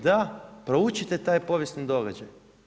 Da, proučite taj povijesni događaj.